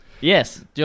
Yes